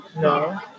No